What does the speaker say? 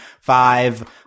Five